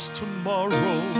tomorrow